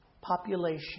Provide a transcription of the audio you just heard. population